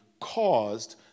caused